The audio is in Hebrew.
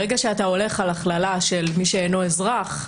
ברגע שאתה הולך על הכללה של מי שאינו אזרח,